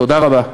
תודה רבה.